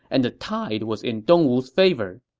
and the tide was in dong wu's favor.